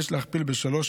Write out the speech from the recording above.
יש להכפיל בשלוש